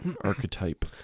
archetype